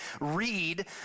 read